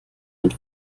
mit